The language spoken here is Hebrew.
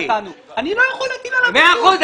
אני לא יכול להטיל עליו כלום.